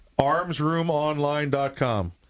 Armsroomonline.com